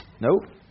Nope